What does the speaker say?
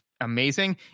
amazing